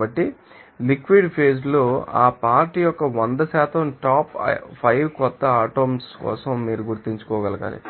కాబట్టి liquid phase లో ఆ పార్ట్ యొక్క 100 టాప్ 5 కొత్త ఆటోమ్స్ కోసం మీరు గుర్తుంచుకోవాలి